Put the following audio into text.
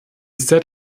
set